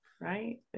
right